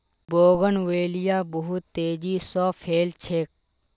bougainvillea बहुत तेजी स फैल छेक